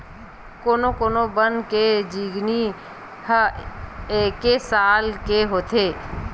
कोनो कोनो बन के जिनगी ह एके साल के होथे